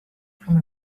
from